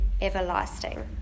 everlasting